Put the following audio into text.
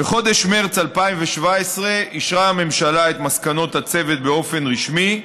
בחודש מרס 2017 אישרה הממשלה את מסקנות הצוות באופן רשמי,